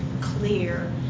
clear